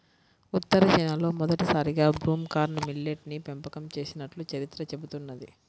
ఉత్తర చైనాలో మొదటిసారిగా broom corn millet ని పెంపకం చేసినట్లు చరిత్ర చెబుతున్నది